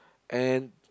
and